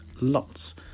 lots